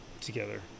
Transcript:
together